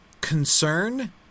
concern